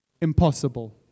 Impossible